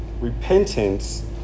repentance